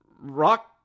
Rock